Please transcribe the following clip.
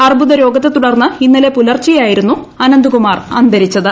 അർബുദ രോഗത്തെത്തുടർന്ന് ഇന്നലെ പുലർച്ചെയായിരുന്നു അനന്ത്കുമാർ അന്തരിച്ചത്